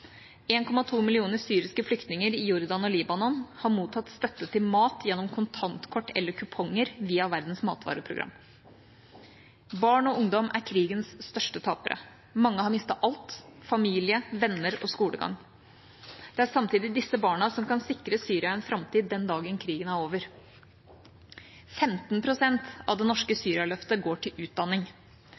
millioner syriske flyktninger i Jordan og Libanon har mottatt støtte til mat gjennom kontantkort eller kuponger via Verdens matvareprogram, WFP. Barn og ungdom er krigens største tapere. Mange har mistet alt: familie, venner og skolegang. Det er samtidig disse barna som kan sikre Syria en framtid den dagen krigen er over. 15 pst. av det norske Syria-løftet går til utdanning.